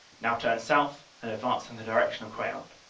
now turned south and advanced in the direction of queant.